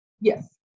Yes